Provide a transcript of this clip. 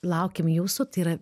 laukiam jūsų tai yra